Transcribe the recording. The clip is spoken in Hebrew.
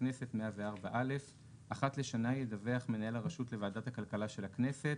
הכנסת אחת לשנה ידווח מנהל הרשות לוועדת הכלכלה של הכנסת